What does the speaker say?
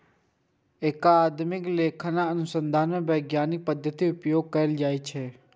अकादमिक लेखांकन अनुसंधान मे वैज्ञानिक पद्धतिक उपयोग कैल जाइ छै